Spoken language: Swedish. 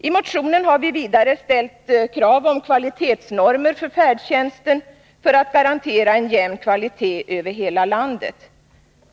I motionen har vi vidare ställt krav på kvalitetsnormer för färdtjänsten för att garantera en jämn kvalitet över hela landet.